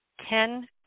ten